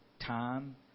time